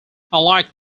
unlike